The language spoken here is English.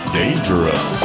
dangerous